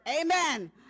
Amen